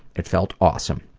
it felt awesome.